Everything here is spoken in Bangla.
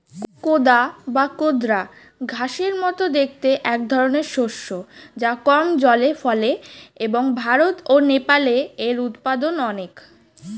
কোদা বা কোদরা ঘাসের মতো দেখতে একধরনের শস্য যা কম জলে ফলে এবং ভারত ও নেপালে এর উৎপাদন অনেক